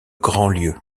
grandlieu